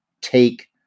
take